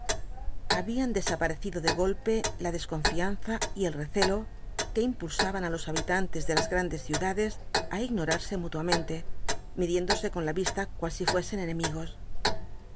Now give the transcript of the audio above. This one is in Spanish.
habían desaparecido de golpe la desconfianza y el recelo que impulsan á los habitantes de las grandes ciudades á ignorarse mutuamente midiéndose con la vista cual si fuesen enemigos